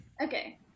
Okay